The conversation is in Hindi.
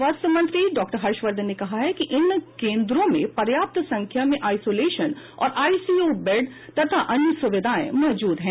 स्वास्थ्य मंत्री डॉक्टर हर्षवर्धन ने कहा है कि इन कोन्द्रों मेंपर्याप्त संख्या में आइसोलेशन और आईसीयू बैड तथा अन्य सुविधायें मौजूद हैं